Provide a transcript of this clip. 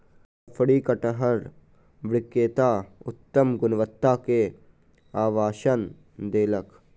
शफरी कटहर विक्रेता उत्तम गुणवत्ता के आश्वासन देलक